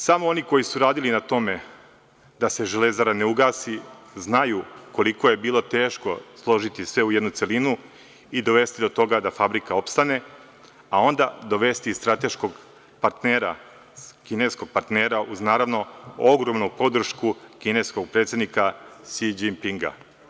Samo oni koji su radili na tome da se „Železara“ ne ugasi znaju koliko je bilo teško složiti sve u jednu celinu i dovesti do toga da fabrika opstane, a onda dovesti strateškog partnera, kineskog partnera, uz naravno ogromnu podršku kineskog predsednika Si Đipinga.